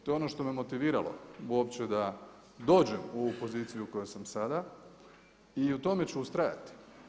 To je ono što me motiviralo uopće da dođem u poziciju u kojoj sam sada i u tome ću ustrajati.